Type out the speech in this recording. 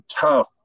tough